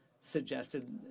suggested